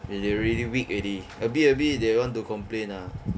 they already weak already a bit a bit they want to complain ah